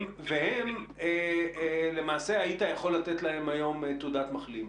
והם למעשה היית יכול לתת להם היום תעודת מחלים.